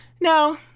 No